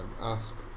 ask